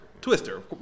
Twister